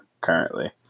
currently